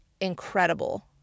incredible